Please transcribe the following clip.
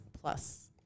plus